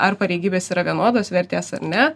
ar pareigybės yra vienodos vertės ar ne